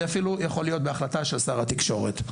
זה אפילו יכול להיות בהחלטה של שר התקשורת.